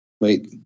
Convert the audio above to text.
wait